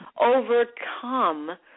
overcome